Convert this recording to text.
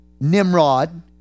Nimrod